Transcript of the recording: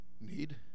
need